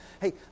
hey